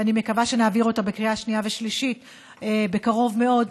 ואני מקווה שנעביר אותה בקריאה שנייה ושלישית בקרוב מאוד,